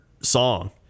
song